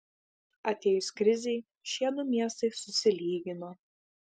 atėjus krizei šie du miestai susilygino